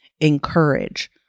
encourage